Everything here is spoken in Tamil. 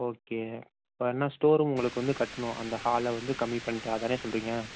ஓகே இப்போ என்ன ஸ்டோர் ரூம் உங்களுக்கு வந்து கட்டணும் அந்த ஹாலை வந்து கம்மி பண்ணிவிட்டு அதுதானே சொல்லுறீங்க